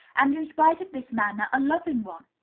and, in spite of this manner, a loving one.